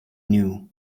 knew